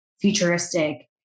futuristic